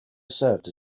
served